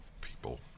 people